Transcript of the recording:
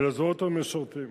ולזרועות המשרתים,